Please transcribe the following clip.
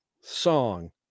song